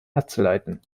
abzuleiten